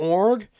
org